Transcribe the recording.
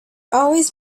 always